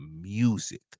music